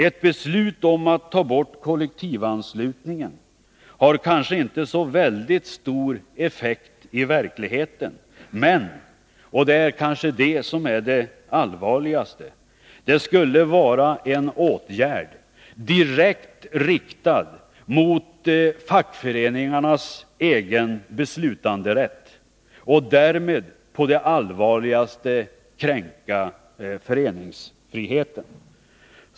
Ett beslut om att ta bort kollektivanslutningen har kanske inte så väldigt stor effekt i verkligheten, men det — och detta kanske är det allvarligaste — skulle vara en åtgärd direkt riktad mot fackföreningarnas egna beslutanderätt och därmed på det allvarligaste kränka föreningsfriheten.